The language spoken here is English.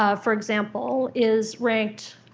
ah for example, is ranked